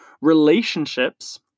Relationships